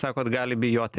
sakot gali bijoti